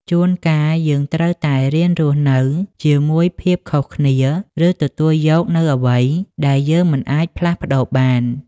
ជួនកាល យើងត្រូវតែរៀនរស់នៅជាមួយភាពខុសគ្នា ឬទទួលយកនូវអ្វីដែលយើងមិនអាចផ្លាស់ប្តូរបាន។